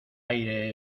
aire